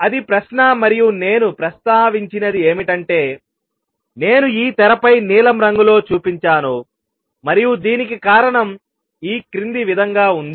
అది ప్రశ్న మరియు నేను ప్రస్తావించినది ఏమిటంటే నేను ఈ తెరపై నీలం రంగులో చూపించాను మరియు దీనికి కారణం ఈ క్రింది విధంగా ఉంది